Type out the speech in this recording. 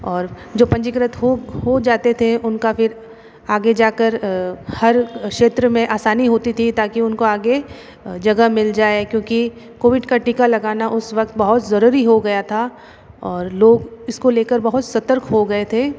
और जो पंजीकृत हो हो जाते थे उनका फिर आगे जाकर हर क्षेत्र में आसानी होती थी ताकि उनको आगे जगह मिल जाए क्योंकि कोविड का टीका लगाना उस वक्त बहुत ज़रूरी हो गया था और लोग इसको लेकर बहुत सतर्क हो गए थे